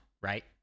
right